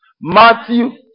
Matthew